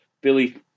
Billy